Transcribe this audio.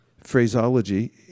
phraseology